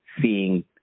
seeing